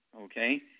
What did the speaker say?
Okay